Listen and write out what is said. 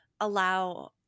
allow